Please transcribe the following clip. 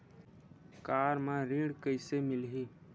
Car म ऋण कइसे मिलही?